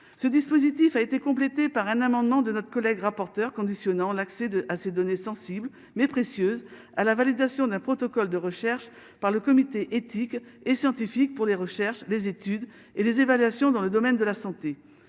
ce dispositif a été complété par un amendement de notre collègue rapporteur conditionnant l'accès de à ces données sensibles mais précieuse à la validation d'un protocole de recherche par le comité éthique et scientifique pour les recherches, les études et les évaluations dans le domaine de la santé